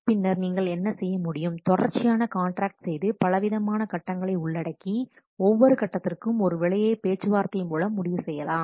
பின்னர் நீங்கள் என்ன செய்ய முடியும் தொடர்ச்சியான காண்ட்ராக்ட் செய்து பலவிதமான கட்டங்களை உள்ளடக்கி ஒவ்வொரு கட்டத்திற்கும் ஒரு விலையை பேச்சுவார்த்தை மூலம் முடிவு செய்யலாம்